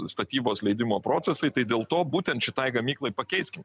statybos leidimo procesai tai dėl to būtent šitai gamyklai pakeiskim